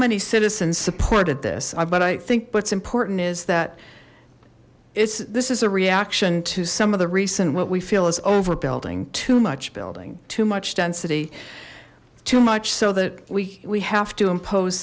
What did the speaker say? many citizens supported this but i think what's important is that it's this is a reaction to some of the recent what we feel is over building too much building too much density too much so that we we have to impose